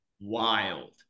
wild